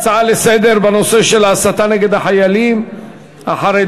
ההצעה לסדר-היום בנושא של ההסתה נגד החיילים החרדים.